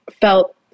felt